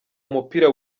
umupira